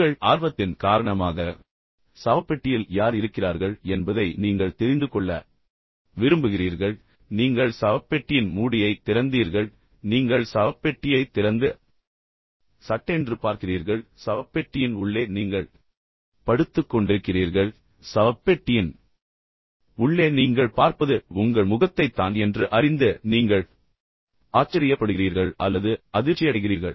உங்கள் ஆர்வத்தின் காரணமாக சவப்பெட்டியில் யார் இருக்கிறார்கள் என்பதை நீங்கள் தெரிந்து கொள்ள விரும்புகிறீர்கள் நீங்கள் சவப்பெட்டியின் மூடியைத் திறந்தீர்கள் பின்னர் நீங்கள் சவப்பெட்டியை திறந்து சட்டென்று பார்க்கிறீர்கள் சவப்பெட்டியின் உள்ளே நீங்கள் படுத்து கொண்டிருக்கிறீர்கள் சவப்பெட்டியின் உள்ளே நீங்கள் பார்ப்பது உங்கள் முகத்தைத்தான் என்று அறிந்து நீங்கள் ஆச்சரியப்படுகிறீர்கள் அல்லது அதிர்ச்சியடைகிறீர்கள்